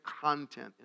content